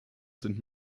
sind